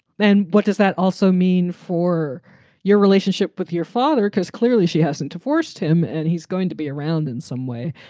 then what does that also mean for your relationship with your father? because clearly she hasn't divorced him and he's going to be around in some way.